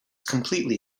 completely